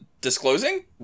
Disclosing